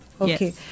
Okay